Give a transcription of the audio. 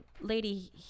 lady